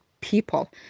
people